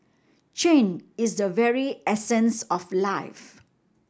change is a very essence of life